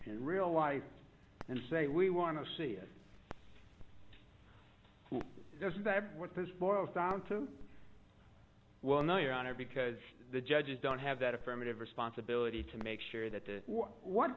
in real life and say we want to see if this is that what this boils down to well no your honor because the judges don't have that affirmative responsibility to make sure that the